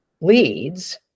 leads